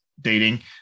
dating